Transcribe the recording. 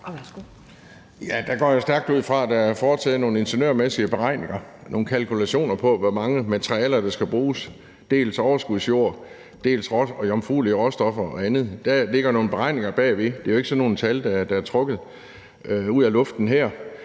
Der går jeg stærkt ud fra, at der er foretaget nogle ingeniørmæssige beregninger, nogle kalkulationer på, hvor mange materialer der skal bruges – dels af overskudsjord, dels af jomfruelig råstoffer og andet. Der ligger nogle beregninger bagved; det er jo ikke sådan nogle tal, der er trukket ud af luften her.